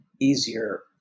easier